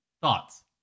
Thoughts